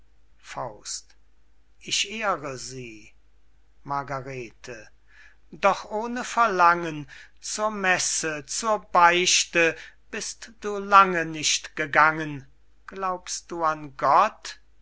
sacramente ich ehre sie margarete doch ohne verlangen zur messe zur beichte bist du lange nicht gegangen glaubst du an gott